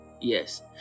Yes